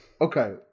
okay